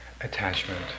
attachment